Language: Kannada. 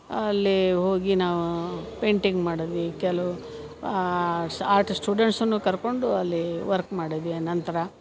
ಅಲ್ಲಿ ಹೋಗಿ ನಾವು ಪೇಂಟಿಂಗ್ ಮಾಡಿದ್ವಿ ಕೆಲವು ಶ್ ಆಟ್ ಸ್ಟೂಡೆಂಟ್ಸನ್ನು ಕರ್ಕೊಂಡು ಅಲ್ಲಿ ವರ್ಕ್ ಮಾಡಿದ್ವಿ ಆನಂತ್ರ